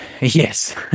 Yes